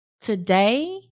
Today